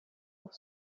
pour